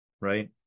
right